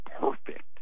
perfect